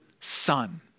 son